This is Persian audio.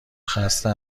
خسته